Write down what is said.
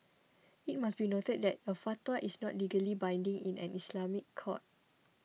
it must be noted that a fatwa is not legally binding in an Islamic court